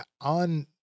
on